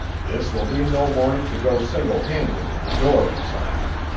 this will be no morning to go single-handed in a dory, simon.